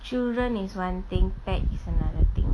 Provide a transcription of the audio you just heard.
children is one thing pet is another thing